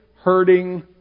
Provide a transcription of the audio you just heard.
hurting